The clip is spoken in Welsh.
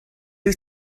wyt